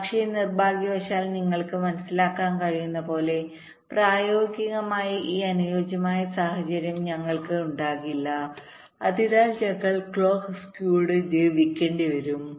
പക്ഷേ നിർഭാഗ്യവശാൽ നിങ്ങൾക്ക് മനസ്സിലാക്കാൻ കഴിയുന്നതുപോലെ പ്രായോഗികമായി ഈ അനുയോജ്യമായ സാഹചര്യം ഞങ്ങൾക്ക് ഉണ്ടാകില്ല അതിനാൽ ഞങ്ങൾ ക്ലോക്ക് സ്കുവോടെ ജീവിക്കേണ്ടിവരും